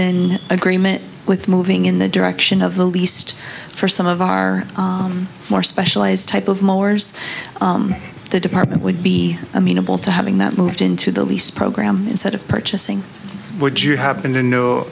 in agreement with moving in the direction of the least for some of our more specialized type of mowers the department would be amenable to having that moved into the lease program instead of purchasing would you happen to know